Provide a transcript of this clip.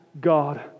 God